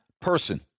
person